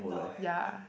ya